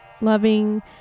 loving